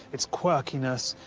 its quirkiness,